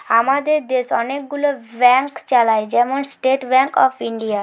আমাদের দেশ অনেক গুলো ব্যাংক চালায়, যেমন স্টেট ব্যাংক অফ ইন্ডিয়া